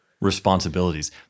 responsibilities